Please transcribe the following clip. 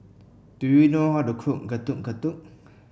do you know how to cook Getuk Getuk